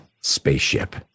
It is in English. spaceship